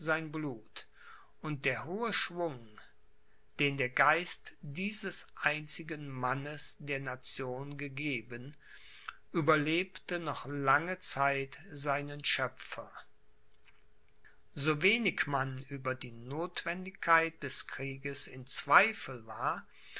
blut und der hohe schwung den der geist dieses einzigen mannes der nation gegeben überlebte noch lange zeit seinen schöpfer so wenig man über die notwendigkeit des krieges in zweifel war